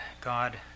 God